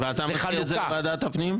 ואתה מפנה את זה לוועדת הפנים?